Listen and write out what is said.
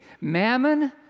Mammon